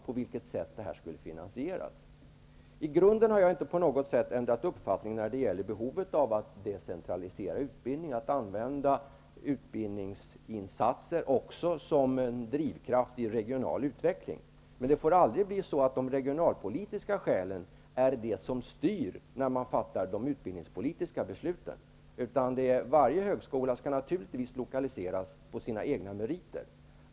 På vilket sätt skulle detta finansieras? Jag har i grunden inte ändrat uppfattning när de gäller behovet av att decentralisera utbildning och att använda utbildningsinsatser också som en drivkraft i regional utveckling. Men de regionalpolitiska skälen får inte styra när de utbildningspolitiska besluten fattas. Varje högskola skall naturligtvis lokaliseras efter egna meriter.